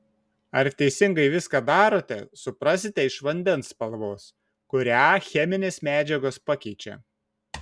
ar teisingai viską darote suprasite iš vandens spalvos kurią cheminės medžiagos pakeičia